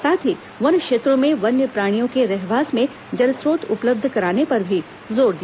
साथ ही वन क्षेत्रों में वन्यप्राणियों के रहवास में जलघ्रोत उपलब्ध कराने पर भी जोर दिया